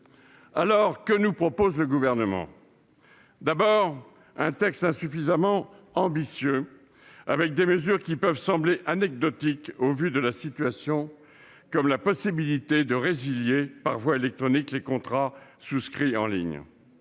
Alors, que nous propose le Gouvernement ? D'abord, un texte insuffisamment ambitieux, avec des mesures qui peuvent sembler anecdotiques au vu de la situation, comme la possibilité de résilier par voie électronique les contrats souscrits en ligne.